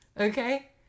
Okay